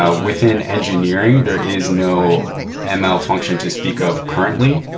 ah within engineering, there is no and ml function to speak of currently,